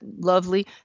lovely